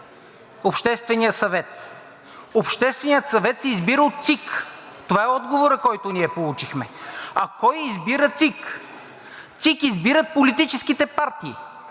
Обществения съвет? Общественият съвет се избира от ЦИК. Това е отговорът, който ние получихме. А кой избира ЦИК? ЦИК избират политическите партии.